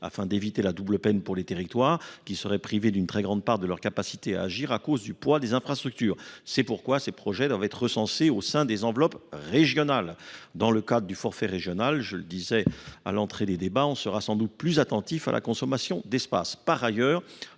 afin d'éviter la double peine pour les territoires qui seraient privées d'une très grande part de leur capacité à agir en à cause du poids des infrastructures. c'est pourquoi ces projets doivent être recensés au sein des enveloppes régionales dans le cadre du forfait régional car les Er Ms ne se traduisent pas forcément par la création de